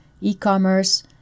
e-commerce